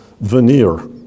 veneer